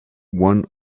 one